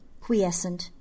quiescent